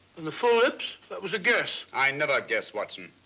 and the full lips that was a guess. i never guess, watson.